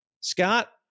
Scott